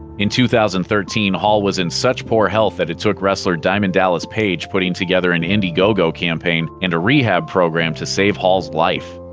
in two thousand and thirteen, hall was in such poor health that it took wrestler diamond dallas page putting together an indiegogo campaign, and a rehab program, to save hall's life.